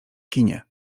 kinie